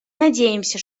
надеемся